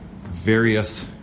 various